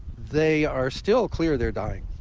they are still clear they're dying,